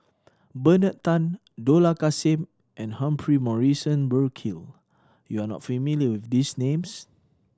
Bernard Tan Dollah Kassim and Humphrey Morrison Burkill you are not familiar with these names